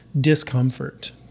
discomfort